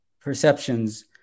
perceptions